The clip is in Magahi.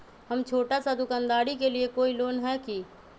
हम छोटा सा दुकानदारी के लिए कोई लोन है कि?